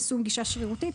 יישום גישה שרירותית,